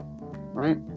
right